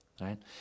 right